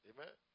Amen